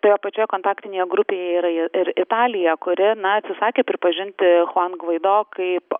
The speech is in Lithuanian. toje pačioje kontaktinėje grupėje yra ir italija kuri na atsisakė pripažinti chuan gvaido kaip